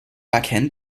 backend